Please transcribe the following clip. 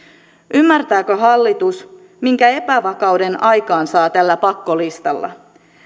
ymmärtääkö hallitus minkä epävakauden aikaansaa tällä pakkolistalla